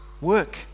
work